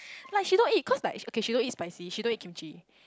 like she don't eat cause like okay she don't eat spicy she don't eat kimchi